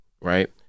right